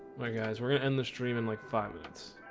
hi guys, we're gonna end the stream in like five minutes